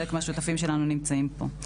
חלק מהשותפים שלנו נמצאים פה.